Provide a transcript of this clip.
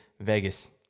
Vegas